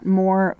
more